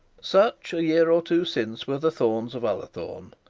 such a year or two since were the thornes of ullathorne.